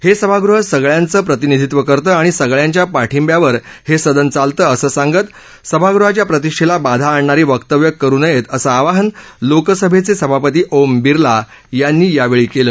हे सभागृह सगळ्यांचं प्रतिनिधित्व करतं आणि सगळ्यांच्या पाठिब्यावर हे सदन चालतं असं सांगत सभागृहाच्या प्रतिष्ठेला बाधा आणणारी वक्तव्य करू नयेत असं आवाहन लोकसभेचे सभापती ओम बिर्ला यांनी केलं